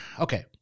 Okay